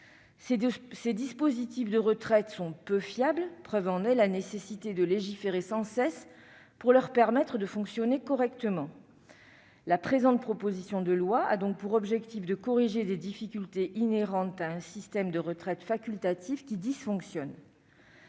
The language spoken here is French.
Ces dispositifs d'épargne retraite sont peu fiables : la preuve en est la nécessité de légiférer sans cesse pour leur permettre de fonctionner correctement. La présente proposition de loi a donc pour objet de corriger des difficultés inhérentes à un système de retraite facultatif qui dysfonctionne.